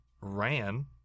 Ran